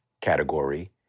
category